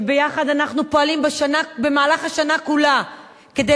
שביחד אנחנו פועלים במהלך השנה כולה כדי